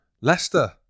Leicester